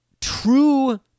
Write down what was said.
True